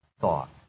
thought